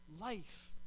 life